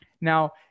Now